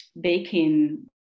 baking